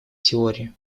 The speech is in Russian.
теории